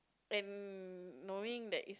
and knowing that it's